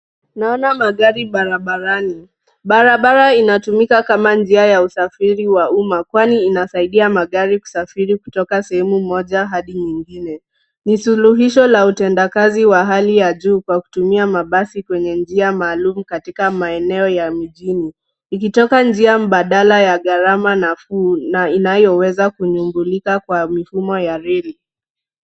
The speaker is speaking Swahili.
Naona magari barabarani, barabara inatumika kama njia ya usafiri wa umma kwani inasaidia magari kusafiri kutoka sehemu moja hadi nyingine. Ni suluhisho la utendakazi wa hali ya juu kwa kutumia mabasi kwenye njia maalum katika maeneo ya mjini, ikitoka njia mbadala ya gharama nafuu na inayoweza kunungulika kwa mfumo nawiri.